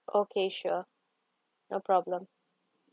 okay sure no problem